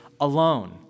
alone